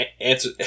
Answer